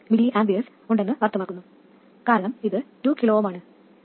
35 mA ഉണ്ടെന്ന് അർത്ഥമാക്കുന്നു കാരണം ഇത് 2 kΩ ആണ് ഇവിടെയും 0